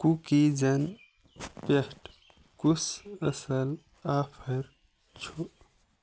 کُکیٖزن پٮ۪ٹھ کُس اصٕل آفر چھُ